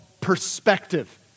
Perspective